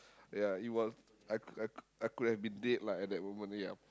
ya it was I I I could have been dead lah at that moment yup